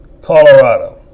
Colorado